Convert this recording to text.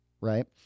Right